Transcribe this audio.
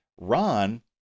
Ron